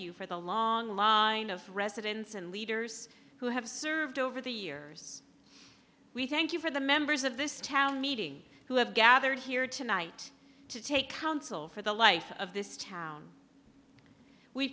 you for the long law of presidents and leaders who have served over the years we thank you for the members of this town meeting who have gathered here tonight to take counsel for the life of this town we